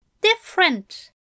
Different